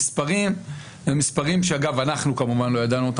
המספרים הם מספרים שאגב אנחנו כמובן לא ידענו אותם